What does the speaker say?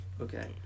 Okay